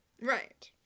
right